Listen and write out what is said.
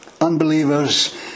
unbelievers